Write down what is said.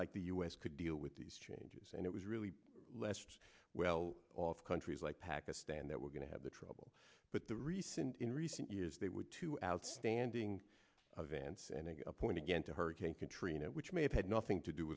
like the u s could deal with these changes and it was really left well off countries like pakistan that were going to have trouble but the recent in recent years they were two outstanding advance and they point again to hurricane katrina which may have had nothing to do